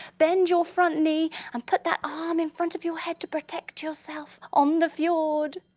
bend your front knee and put that arm in front of your head to protect yourself on the fjord.